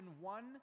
one